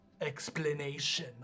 explanation